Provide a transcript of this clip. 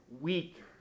weak